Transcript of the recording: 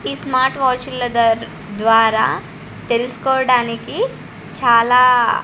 ఈ స్మార్ట్ వాచ్ల ద్వారా తెలుసుకోవడానికి చాలా